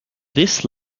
this